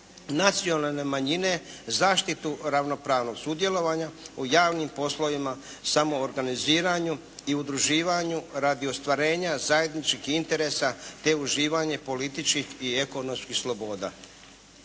nacionalne manjine, zaštitu ravnopravnog sudjelovanja u javnim poslovima, samoorganiziranju i udruživanju radi ostvarenja zajedničkih interesa te uživanje političkih i ekonomskih sloboda.